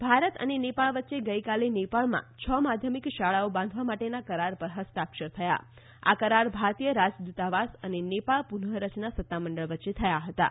ભારત નેપાળ ભારત અને નેપાળ વચ્ચે ગઈકાલે નેપાળમાં છ માધ્યમિક શાળાઓ બાંધવા માટેનાં કરાર પર હસ્તાક્ષર થયાં આ કરાર ભારતીય રાજદૂતાવાસ અને નેપાળ પુનઃરચના સત્તામંડળ વચ્ચે થયા હતાં